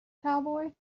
cowboy